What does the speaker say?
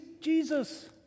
Jesus